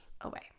away